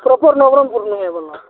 proper Nabarangpur ନୁହେଁ ଆପଣଙ୍କ